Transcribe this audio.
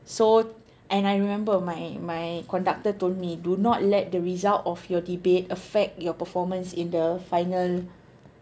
so and I remember my my conductor told me do not let the result of your debate affect your performance in the final